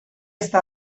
està